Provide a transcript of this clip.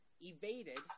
evaded